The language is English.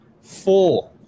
Four